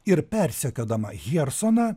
ir persekiodama hjersoną